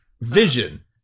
vision